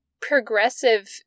progressive